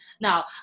Now